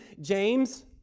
James